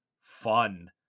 fun